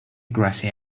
grassy